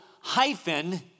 hyphen